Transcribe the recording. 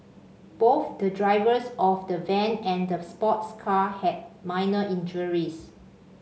both the drivers of the van and the sports car had minor injuries